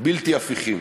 בלתי הפיכים.